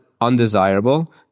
undesirable